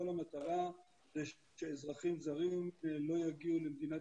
כל המטרה שאזרחים זרים לא יגיעו למדינת